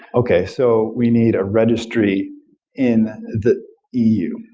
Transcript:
okay. so we need a registry in the eu.